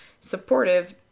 supportive